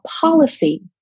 policy